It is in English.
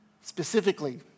Specifically